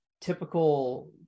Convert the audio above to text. typical